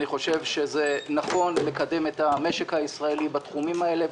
אני חושב שנכון לקדם את המשק הישראלי בתחומים האלה,